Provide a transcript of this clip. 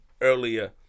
earlier